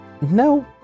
No